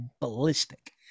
ballistic